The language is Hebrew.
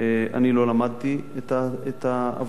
אני לא למדתי את העבודה הזאת,